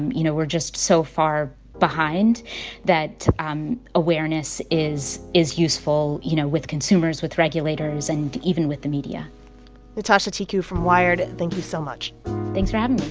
and you know, we're just so far behind that um awareness is is useful, you know, with consumers, with regulators and even with the media nitasha tiku from wired, thank you so much thanks for having me